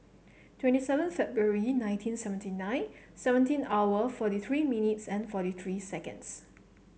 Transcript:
twenty seven February nineteen seventy nine seventeen hour forty three minutes and forty three seconds